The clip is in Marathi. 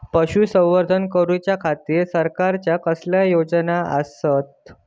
पशुसंवर्धन करूच्या खाती सरकारच्या कसल्या योजना आसत?